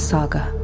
Saga